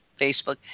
Facebook